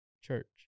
church